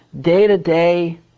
day-to-day